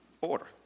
order